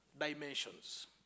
dimensions